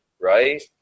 right